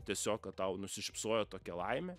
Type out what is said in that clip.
tiesiog kad tau nusišypsojo tokia laimė